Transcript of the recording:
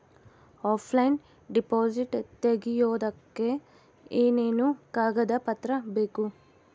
Offline deposit ತೆಗಿಯೋದಕ್ಕೆ ಏನೇನು ಕಾಗದ ಪತ್ರ ಬೇಕು?